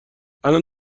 الان